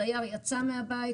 הדייר יצא מהבית,